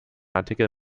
artikel